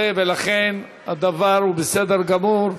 ולכן הדבר בסדר גמור.